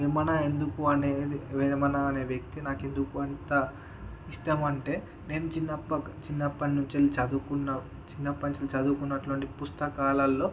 వేమన ఎందుకు అనేది వేమన అనే వ్యక్తి నాకు ఎందుకు అంత ఇష్టం అంటే నేను చిన్నప చిన్నపడి నుంచి వెళ్ళి చదువుకున్న చిన్నపడి నుంచి వెళ్ళి చదువుకున్నటు వంటి పుస్తకాలలో